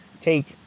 take